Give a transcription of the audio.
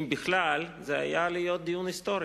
אם בכלל, היה להיות דיון היסטורי.